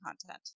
content